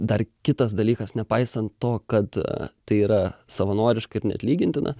dar kitas dalykas nepaisant to kad tai yra savanoriška ir neatlygintina